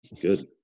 good